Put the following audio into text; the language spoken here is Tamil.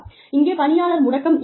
இங்கே பணியாளர் முடக்கம் இருக்கலாம்